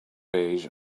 beige